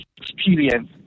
experience